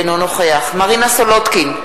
אינו נוכח מרינה סולודקין,